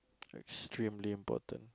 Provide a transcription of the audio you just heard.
extremely important